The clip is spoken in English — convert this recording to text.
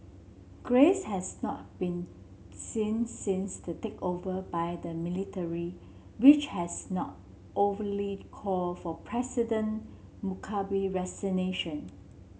Grace has not been seen since the takeover by the military which has not overtly call for President Mugabe resignation